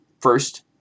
First